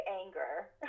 anger